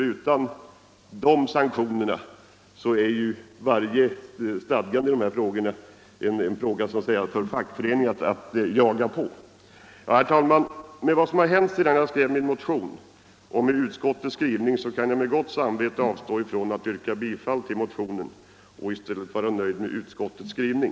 Utan sådana sanktioner måste fackföreningen ständigt jaga på. Herr talman! Efter vad som har hänt sedan jag skrev min motion och efter utskottets skrivning kan jag med gott samvete avstå från att yrka bifall till motionen och i stället förklara mig nöjd med utskottets skrivning.